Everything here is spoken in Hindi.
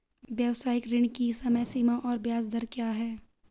व्यावसायिक ऋण की समय सीमा और ब्याज दर क्या है?